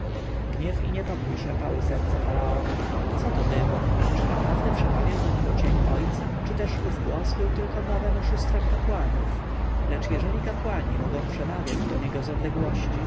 gniew i niepokój szarpały serce faraona co to było czy naprawdę przemawiał do niego cień ojca czy też ów głos był tylko nowem oszustwem kapłanów lecz jeżeli kapłani mogą przemawiać do niego z odległości